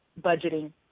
budgeting